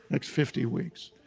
next fifty weeks,